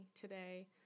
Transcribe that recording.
today